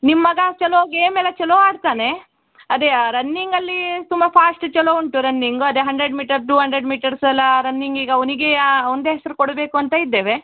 ನಿಮ್ಮ ಮಗ ಚೊಲೋ ಗೇಮೆಲ್ಲ ಚೊಲೋ ಆಡ್ತಾನೆ ಅದೇ ರನ್ನಿಂಗಲ್ಲಿ ತುಂಬ ಫಾಸ್ಟ್ ಚೊಲೋ ಉಂಟು ರನ್ನಿಂಗು ಅದೇ ಹಂಡ್ರೆಡ್ ಮೀಟರ್ ಟೂ ಹಂಡ್ರೆಡ್ ಮೀಟರ್ಸೆಲ್ಲ ರನ್ನಿಂಗಿಗೆ ಅವ್ನಿಗೆ ಅವ್ನದ್ದೇ ಹೆಸರು ಕೊಡಬೇಕು ಅಂತ ಇದ್ದೇವೆ